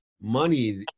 money